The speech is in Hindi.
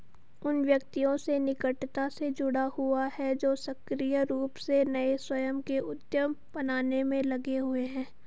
उन व्यक्तियों से निकटता से जुड़ा हुआ है जो सक्रिय रूप से नए स्वयं के उद्यम बनाने में लगे हुए हैं